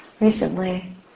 Recently